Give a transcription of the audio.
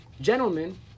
gentlemen